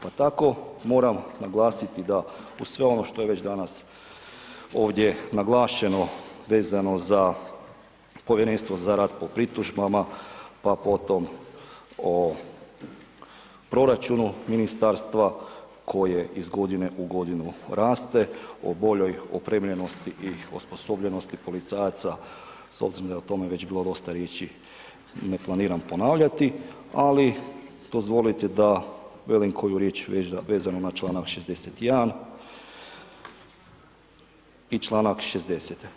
Pa tako moram naglasiti da uz sve ono što je već danas ovdje naglašeno vezano za povjerenstvo za rad po pritužbama, pa potom o proračunu ministarstva koje iz godine u godinu raste o boljoj opremljenosti i osposobljenosti policajaca s obzirom da je o tome već bilo dosta riječi i ne planiram ponavljati, ali dozvolite da velim koju riječ vezanu zna čl. 61. i čl. 60.